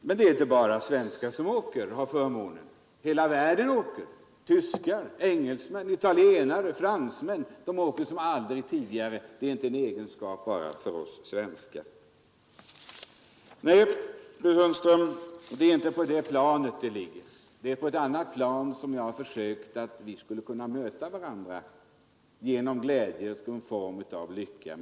Men det är inte bara svenskar som har förmånen att få fara utomlands. Hela världen gör det: tyskar, engelsmän, italienare och fransmän reser som aldrig tidigare. Det är inte en egenskap som utmärker bara oss svenskar. Nej, fru Sundström, det ligger inte på det planet. Det är på ett annat plan som jag har velat att vi skulle försöka möta varandra, i en glädje som skapar en form av lycka.